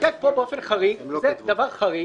והמחוקק פה עושה דבר חריג,